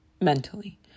mentally